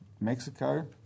Mexico